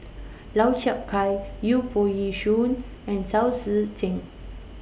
Lau Chiap Khai Yu Foo Yee Shoon and Chao Tzee Cheng